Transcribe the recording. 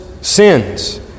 sins